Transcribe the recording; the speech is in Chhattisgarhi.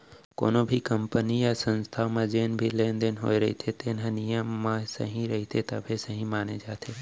कोनो भी कंपनी य संस्था म जेन भी लेन देन होए रहिथे तेन ह नियम म सही रहिथे तभे सहीं माने जाथे